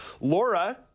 Laura